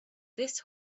this